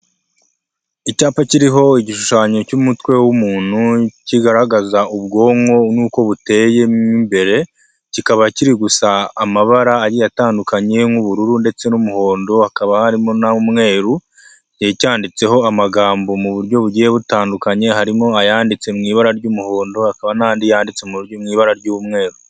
Icyapa kiriho igishushanyo cy'umutwe w'umuntu kigaragaza ubwonko nk'uko buteye mo imbere, kikaba kiri gusa amabara agiye atandukanye nk'ubururu ndetse n'umuhondo, hakaba harimo n'umweru, cyanyanditseho amagambo mu buryo bugiye butandukanye, harimo ayanditse mu ibara ry'umuhondo hakaba n'andi yanditse mu ibara ry'umweru.